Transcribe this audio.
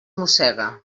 mossega